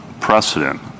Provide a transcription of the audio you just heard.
precedent